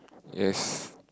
yes